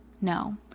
No